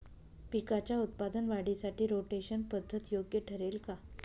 पिकाच्या उत्पादन वाढीसाठी रोटेशन पद्धत योग्य ठरेल का?